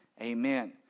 amen